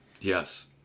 yes